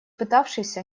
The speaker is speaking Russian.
пытавшихся